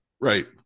Right